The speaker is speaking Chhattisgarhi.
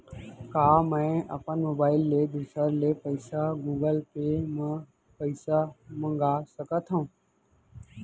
का मैं अपन मोबाइल ले दूसर ले पइसा गूगल पे म पइसा मंगा सकथव?